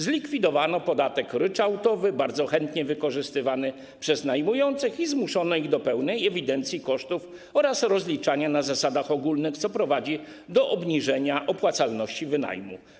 Zlikwidowano podatek ryczałtowy bardzo chętnie wykorzystywany przez najmujących i zmuszono ich do pełnej ewidencji kosztów oraz rozliczania na zasadach ogólnych, co prowadzi do obniżenia opłacalności wynajmu.